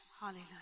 Hallelujah